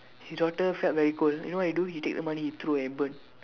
his daughter felt very cold you know what he do he take the money throw and burn